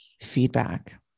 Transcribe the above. feedback